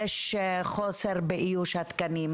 יש חוסר באיוש התקנים,